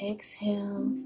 Exhale